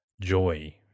joy